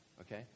Okay